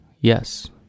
Yes